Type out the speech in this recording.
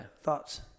Thoughts